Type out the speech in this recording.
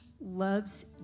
loves